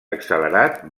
accelerat